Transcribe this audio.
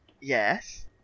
Yes